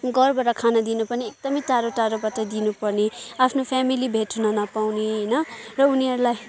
घरबाट खाना दिन पनि एकदमै टाढो टाढोबाट दिनपर्ने आफ्नो फेमिली भेट्न नपाउने होइन र उनीहरूलाई